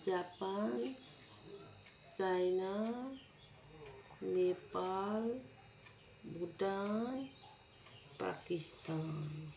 Japan China Nepal Bhutan Pakistan